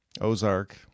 Ozark